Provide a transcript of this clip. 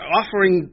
offering